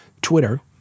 Twitter